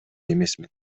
эмесмин